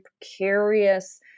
precarious